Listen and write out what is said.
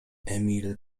emil